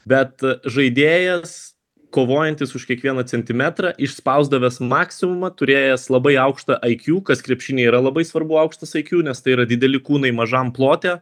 bet žaidėjas kovojantis už kiekvieną centimetrą išspausdavęs maksimumą turėjęs labai aukštą iq kas krepšinyje yra labai svarbu aukštas iq nes tai yra dideli kūnai mažam plote